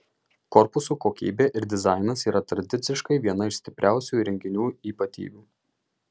korpusų kokybė ir dizainas yra tradiciškai viena iš stipriausių įrenginių ypatybių